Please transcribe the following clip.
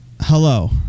Hello